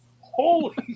holy